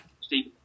Steve